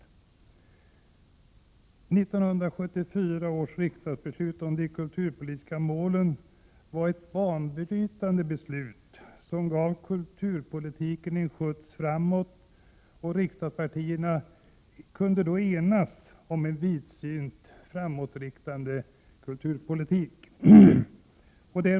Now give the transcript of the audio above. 1974 års riksdagsbeslut om de kulturpolitiska målen var ett banbrytande om en vidsynt, framåtriktande kulturpolitik.